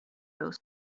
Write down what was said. both